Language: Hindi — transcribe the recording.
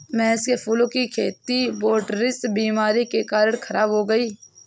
महेश के फूलों की खेती बोटरीटिस बीमारी के कारण खराब हो गई